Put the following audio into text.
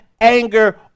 anger